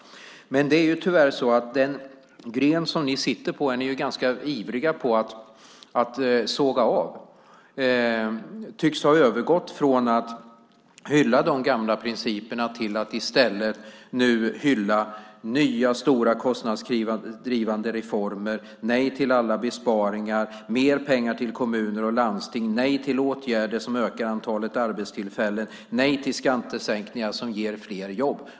Men det är tyvärr så att den gren som ni sitter på är ni ganska ivriga att såga av. Ni tycks ha gått från att hylla de gamla principerna till att i stället hylla nya stora kostnadsdrivande reformer: nej till alla besparingar, mer pengar till kommuner och landsting, nej till åtgärder som ökar antalet arbetstillfällen, nej till skattesänkningar som ger fler jobb.